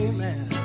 Amen